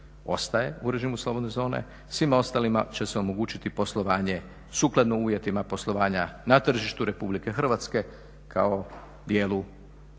ostaje u režimu slobodne zone. Svima ostalima će se omogućiti poslovanje sukladno uvjetima poslovanja na tržištu Republike Hrvatske kao dijelu